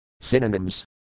Synonyms